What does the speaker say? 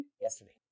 yesterday